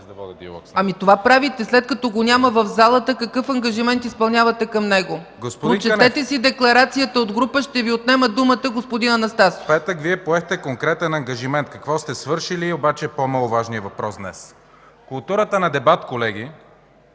Това правите. След като го няма в залата, какъв ангажимент изпълнявате към него? Прочетете си декларацията от група, ще Ви отнема думата, господин Анастасов. СТАНИСЛАВ АНАСТАСОВ: Господин Кънев, в петък Вие поехте конкретен ангажимент. Какво сте свършили обаче е по-маловажният въпрос днес. Културата на дебат, колеги,